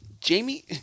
Jamie